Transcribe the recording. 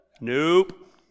Nope